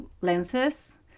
lenses